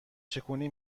چکونی